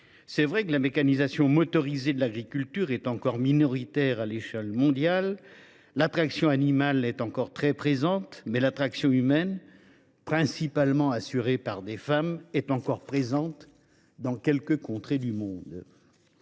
liminaire – que la mécanisation motorisée de l’agriculture est encore minoritaire à l’échelle mondiale. La traction animale reste très présente et la traction humaine, principalement assurée par des femmes, demeure utilisée dans quelques contrées du monde.